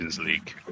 League